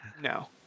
No